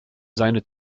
seine